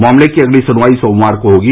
मामले की अगली सुनवाई सोमवार को होगी